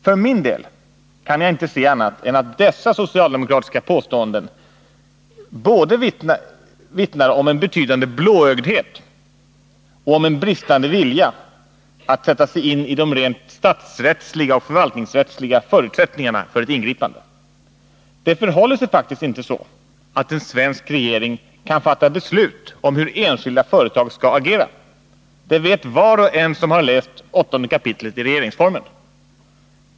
För min del kan jag inte se annat än att dessa socialdemokratiska påståenden vittnar om både en betydande blåögdhet och en bristande vilja att sätta sig in i de rent statsoch förvaltningsrättsliga förutsättningarna för ett ingripande. Det förhåller sig faktiskt inte så att en svensk regering kan fatta beslut om hur enskilda företag skall agera, det vet var och en som har läst 8 kap. regeringsformen.